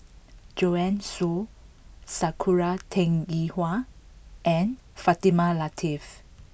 Joanne Soo Sakura Teng Ying Hua and Fatimah Lateef